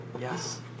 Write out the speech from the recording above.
yes